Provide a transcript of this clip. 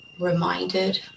reminded